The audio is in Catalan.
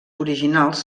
originals